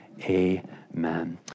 Amen